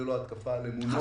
זאת לא התקפה על אמונות,